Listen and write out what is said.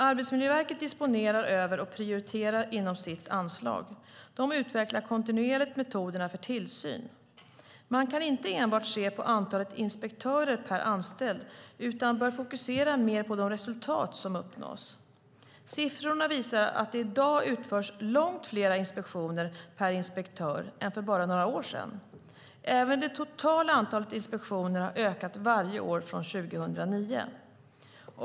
Arbetsmiljöverket disponerar över och prioriterar inom sitt anslag. De utvecklar kontinuerligt metoderna för tillsyn. Man kan inte enbart se på antalet inspektörer per anställd, utan bör fokusera mer på de resultat som uppnås. Siffror visar att det i dag utförs långt fler inspektioner per inspektör än för bara några år sedan. Även det totala antalet inspektioner har ökat varje år från 2009.